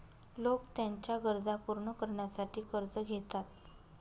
लोक त्यांच्या गरजा पूर्ण करण्यासाठी कर्ज घेतात